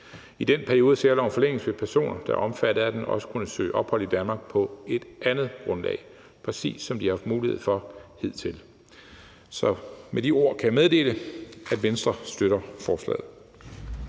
I den periode særloven forlænges, vil personer, der er omfattet af den, også kunne søge ophold i Danmark på et andet grundlag, præcis som de har haft mulighed for hidtil. Med de ord kan jeg meddele, at Venstre støtter forslaget.